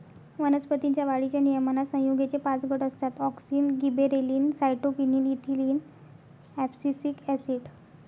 वनस्पतीं च्या वाढीच्या नियमनात संयुगेचे पाच गट असतातः auxin, gibberellin, cytokinin, ethylene, abscisic acid